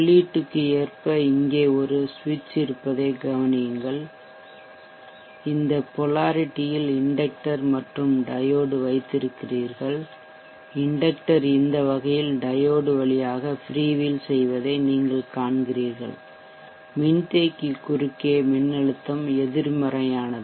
உள்ளீட்டுக்கு ஏற்ப இங்கே ஒரு சுவிட்ச் இருப்பதைக் கவனியுங்கள் இந்த பொலரிட்டியில் இண்டெக்ட்டர் மற்றும் டையோடு வைத்திருக்கிறீர்கள் இண்டெக்ட்டர் இந்த வகையில் டையோடு வழியாக ஃப்ரீ வீல் செய்வதை நீங்கள் காண்கிறீர்கள் மின்தேக்கி குறுக்கே மின்னழுத்தம் எதிர்மறையானது